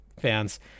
fans